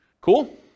Cool